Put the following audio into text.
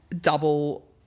double